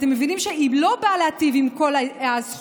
אתם מבינים שהיא לא באה להיטיב עם כל הזכויות